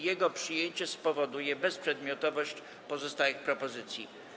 Jego przyjęcie spowoduje bezprzedmiotowość pozostałych propozycji.